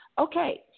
Okay